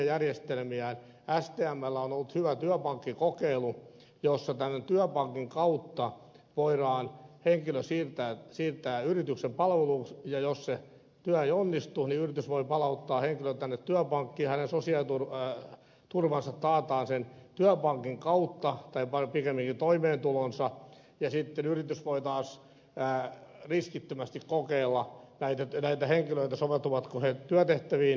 stmllä on ollut hyvä työpankkikokeilu jossa tämän työpankin kautta voidaan henkilö siirtää yrityksen palvelukseen ja jos se työ ei onnistu niin yritys voi palauttaa henkilön tänne työpankkiin ja hänen sosiaaliturvansa tai pikemminkin toimeentulonsa taataan sen työpankin kautta ja sitten yritys voi taas riskittömästi kokeilla näitä henkilöitä soveltuvatko he työtehtäviin